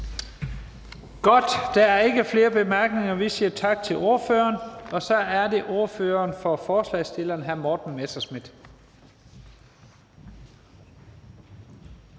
Godt. Der er ikke flere bemærkninger. Vi siger tak til ordføreren, og så er det ordføreren for forslagsstillerne, hr. Morten Messerschmidt.